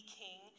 king